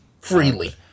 Freely